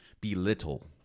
belittle